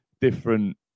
different